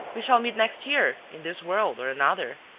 we shall meet next year, in this world or another.